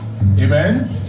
Amen